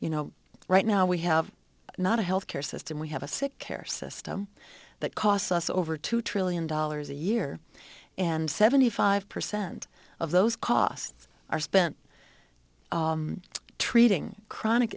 you know right now we have not a health care system we have a sick care system that costs us over two trillion dollars a year and seventy five percent of those costs are spent treating chronic